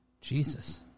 Jesus